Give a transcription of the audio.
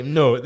no